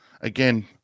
again –